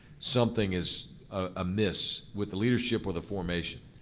something is amiss with the leadership or the formation.